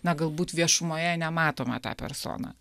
na galbūt viešumoje nematomą tą personą